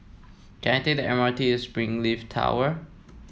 can I take the M R T to Springleaf Tower